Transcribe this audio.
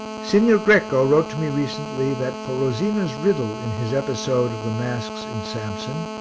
signor greco wrote to me recently that, for rosina's riddle in his episode of the masks in samson,